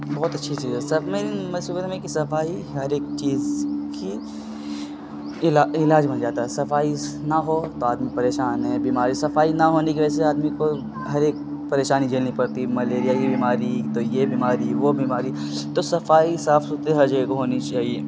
بہت اچھی چیز ہے کہ صفائی ہر ایک چیز کی علاج بن جاتا ہے صفائی نہ ہو تو آدمی پریشان ہے بیماری صفائی نہ ہونے کی وجہ سے آدمی کو ہر ایک پریشانی جھیلنی پڑتی ملیریا کی بیماری تو یہ بیماری وہ بیماری تو صفائی صاف ستھرے ہر جگہ کو ہونی چاہیے